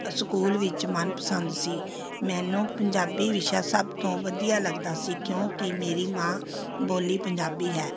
school ਵਿੱਚ ਮਨਪਸੰਦ ਸੀ ਮੈਨੂੰ ਪੰਜਾਬੀ ਵਿਸ਼ਾ ਸਭ ਤੋਂ ਵਧੀਆ ਲੱਗਦਾ ਸੀ ਕਿਉਂਕਿ ਮੇਰੀ ਮਾਂ ਬੋਲੀ ਪੰਜਾਬੀ ਹੈ